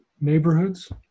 neighborhoods